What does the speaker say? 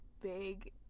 big